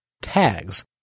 Tags